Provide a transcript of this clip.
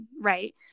Right